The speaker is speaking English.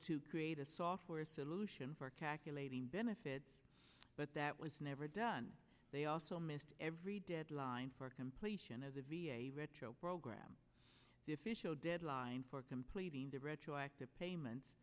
to create a software solution for calculating benefits but that was never done they also missed every deadline for completion of the v a retro program deadline for completing the retroactive payments